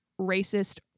racist